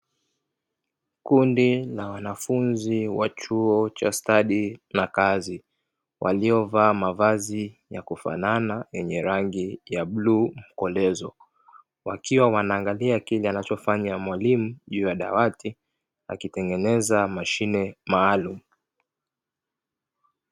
Kundi la wanafunzi wa chuo cha stadi na kazi waliovaa mavazi ya kufanana yenye rangi ya bluu mkolezo, wakiwa wanaangalia kile anachofanya mwalimu juu ya dawati akitengeneza mashine maalumu.